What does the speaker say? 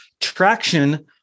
Traction